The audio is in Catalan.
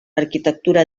arquitectura